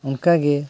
ᱚᱱᱠᱟᱜᱮ